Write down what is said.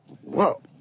whoa